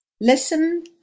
Listen